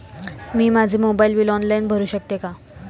मी माझे mobile bill online भरू शकते का?